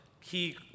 key